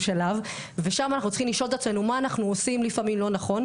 שלב ושם אנחנו צריכים לשאול את עצמינו מה אנחנו עושים לפעמים לא נכון,